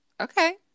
okay